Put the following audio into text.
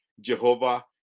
Jehovah